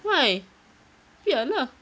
why biar lah